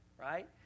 Right